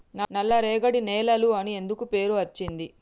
నల్లరేగడి నేలలు అని ఎందుకు పేరు అచ్చింది?